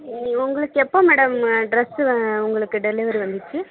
சரி உங்களுக்கு எப்போது மேடம் ட்ரெஸ்ஸு உங்களுக்கு டெலிவரி வந்துடுச்சு